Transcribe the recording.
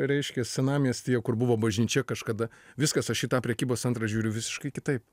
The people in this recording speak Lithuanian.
reiškia senamiestyje kur buvo bažnyčia kažkada viskas aš į tą prekybos centrą žiūriu visiškai kitaip